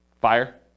Fire